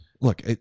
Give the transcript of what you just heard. look